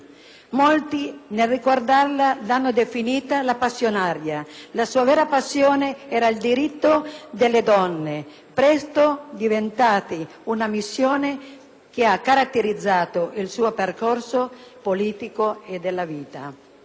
Molti, nel ricordarla, l'hanno definita una *pasionaria*: la sua vera passione erano i diritti delle donne, presto diventati una missione che ha caratterizzato tutto il suo percorso politico e di vita.